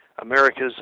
America's